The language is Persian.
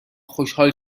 خوشحال